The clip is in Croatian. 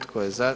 Tko je za?